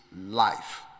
life